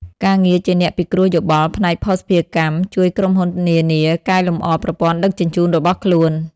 ការងារជាអ្នកពិគ្រោះយោបល់ផ្នែកភស្តុភារកម្ម ជួយក្រុមហ៊ុននានាកែលម្អប្រព័ន្ធដឹកជញ្ជូនរបស់ខ្លួន។